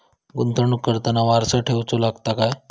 गुंतवणूक करताना वारसा ठेवचो लागता काय?